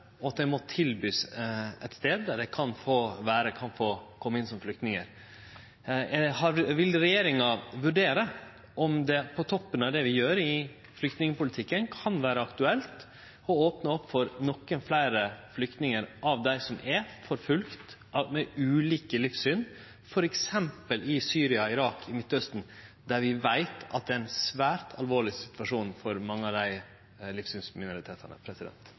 og at dei må få tilbod om ein stad der dei kan få vere, få kome inn som flyktningar. Vil regjeringa vurdere om det, på toppen av det vi gjer i flyktningpolitikken, kan vere aktuelt å opne opp for nokre fleire flyktningar blant dei som er forfølgde, med ulike livssyn, f.eks. i Syria, Irak og elles i Midtausten, der vi veit at det er ein svært alvorleg situasjon for mange av